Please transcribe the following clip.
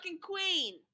queen